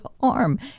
arm